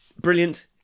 Brilliant